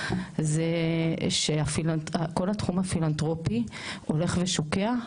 זה שכל התחום הפילנתרופי הולך ושוקע,